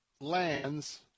lands